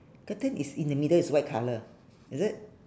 curtain is in the middle is white colour is it